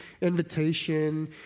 invitation